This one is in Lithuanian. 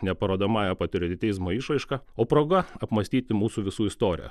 ne parodomąja patriotizmo išraiška o proga apmąstyti mūsų visų istoriją